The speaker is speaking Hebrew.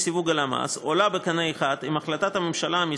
סיווג הלמ"ס עולה בקנה אחד עם החלטת הממשלה מס'